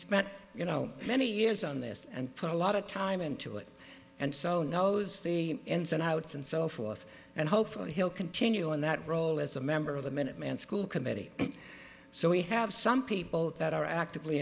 spent you know many years on this and put a lot of time into it and so knows the ins and outs and so forth and hopefully he'll continue in that role as a member of the minuteman school committee so we have some people that are actively